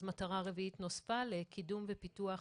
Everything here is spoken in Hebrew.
אז נוספה מטרה רביעית לקידום ופיתוח